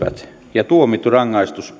ja tuomittu rangaistus